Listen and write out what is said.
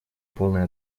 полной